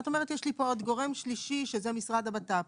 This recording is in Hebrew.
ואת אומרת יש לי פה עוד גורם שלישי שזה משרד הבט"פ.